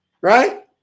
right